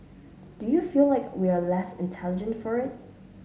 do you feel like we are less intelligent for it